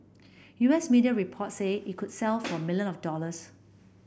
U S media reports say it could sell for million of dollars